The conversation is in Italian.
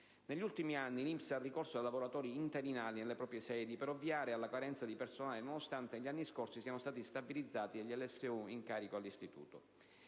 Negli ultimi anni l'INPS ha ricorso a lavoratori interinali nelle proprie sedi per ovviare alla carenza di personale nonostante negli anni scorsi siano stati stabilizzati degli LSU in carico all'Istituto.